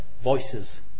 voices